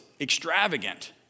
extravagant